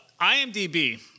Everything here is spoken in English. IMDB